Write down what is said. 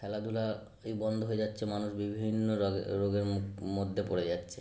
খেলাধূলা এই বন্ধ হয়ে যাচ্ছে মানুষ বিভিন্ন রোগের মধ্যে পড়ে যাচ্ছে